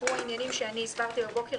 הוא העניינים שהסברתי בבוקר.